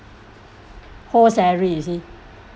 whole salary is it